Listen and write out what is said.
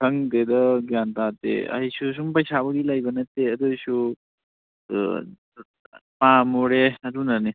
ꯈꯪꯗꯦꯗ ꯒ꯭ꯌꯥꯟ ꯇꯥꯗꯦ ꯑꯩꯁꯨ ꯁꯨꯝ ꯄꯩꯁꯥꯕꯨꯗꯤ ꯂꯩꯕ ꯅꯠꯇꯦ ꯑꯗꯨ ꯑꯣꯏꯔꯁꯨ ꯑꯥ ꯄꯥꯝꯃꯨꯔꯦ ꯑꯗꯨꯅꯅꯤ